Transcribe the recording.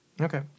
Okay